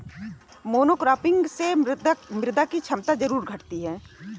monocropping से मृदा की क्षमता जरूर घटती है